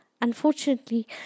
Unfortunately